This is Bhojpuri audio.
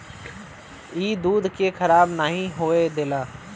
ई दूध के खराब नाही होए देला